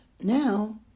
now